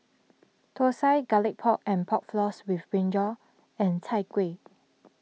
Thosai Garlic Pork and Pork Floss with Brinjal and Chai Kuih